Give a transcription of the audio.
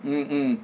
mm mm